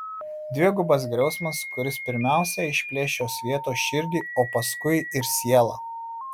dvigubas griausmas kuris pirmiausia išplėš šios vietos širdį o paskui ir sielą